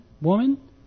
woman